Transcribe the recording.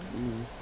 mm mm